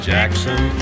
Jackson